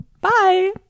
Bye